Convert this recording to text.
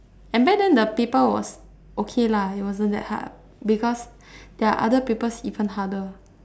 and back then the paper was okay lah it wasn't that hard because there were other papers even harder